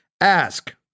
ask